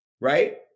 right